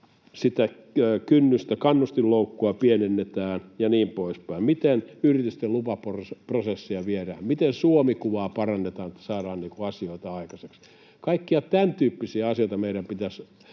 sitä kannustinloukkua pienennetään ja niin poispäin, miten yritysten lupaprosesseja viedään, miten Suomi-kuvaa parannetaan, että saadaan asioita aikaiseksi. Kaikkia tämäntyyppisiä asioita meidän pitäisi